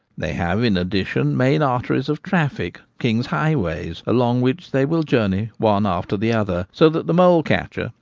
they have in addition main arteries of traffic, king's highways, along which they will journey one after the other so that the mole-catcher,